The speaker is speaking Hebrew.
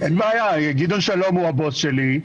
אין בעיה, גדעון שלום הוא הבוס שלי,